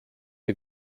you